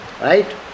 Right